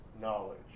Knowledge